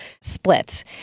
split